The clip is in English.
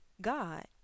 god